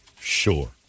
sure